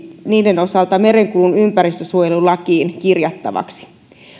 merenkulun ympäristönsuojelulakiin kirjattavaksi